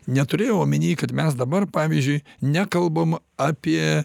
neturėjau omeny kad mes dabar pavyzdžiui nekalbam apie